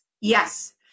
Yes